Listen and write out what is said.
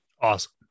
awesome